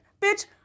bitch